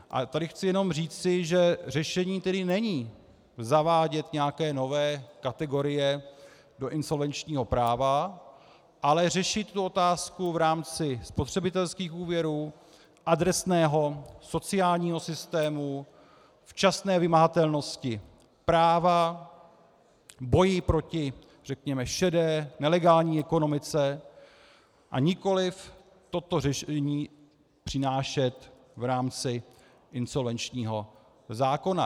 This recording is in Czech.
Ale tady chci jenom říci, že řešení tedy není zavádět nějaké nové kategorie do insolvenčního práva, ale řešit tu otázku v rámci spotřebitelských úvěrů, adresného sociálního systému, včasné vymahatelnosti práva, boje proti řekněme šedé, nelegální ekonomice a nikoliv toto řešení přinášet v rámci insolvenčního zákona.